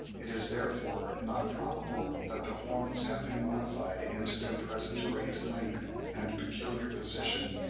it is, therefore, not probable that the horns have been modified into their present great length and peculiar position,